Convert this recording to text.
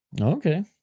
Okay